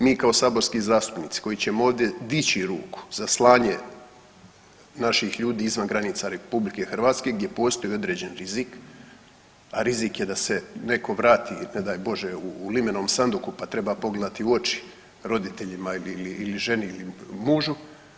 Mi kao saborski zastupnici koji ćemo ovdje dići ruku za slanje naših ljudi izvan granica RH gdje postoji određeni rizik, a rizik je da se neko vrati ne daj Bože u limenom sanduku, pa treba pogledati u oči roditeljima ili ženi ili mužu.